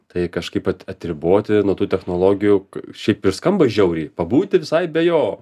tai kažkaip atriboti nuo tų technologijų šiaip ir skamba žiauriai pabūti visai be jo